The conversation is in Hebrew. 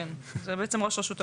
כן, זה בעצם ראש הרשות המקומית.